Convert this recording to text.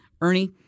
Ernie